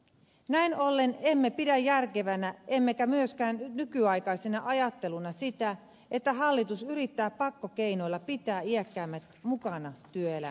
näin ollen emme pidä järkevänä emmekä myöskään nykyaikaisena ajatteluna sitä että hallitus yrittää pakkokeinoilla pitää iäkkäämmät mukana työelämässä